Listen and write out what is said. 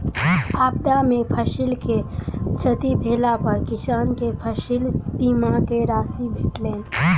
आपदा में फसिल के क्षति भेला पर किसान के फसिल बीमा के राशि भेटलैन